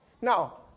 now